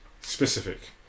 Specific